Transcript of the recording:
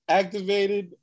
activated